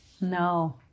No